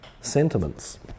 sentiments